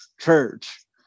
church